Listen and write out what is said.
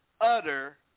utter